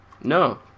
No